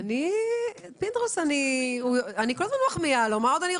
התנגדות פה